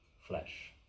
flesh